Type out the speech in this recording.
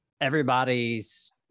everybody's